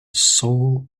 soul